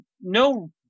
no